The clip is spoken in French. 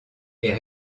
est